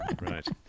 Right